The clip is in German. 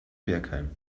bergheim